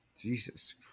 Jesus